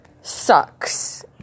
sucks